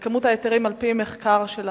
בכמות ההיתרים, על-פי מחקר של הממ"מ.